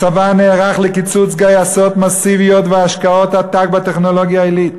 הצבא נערך לקיצוץ גייסות מסיבי והשקעות עתק בטכנולוגיה העילית.